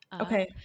okay